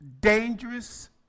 dangerous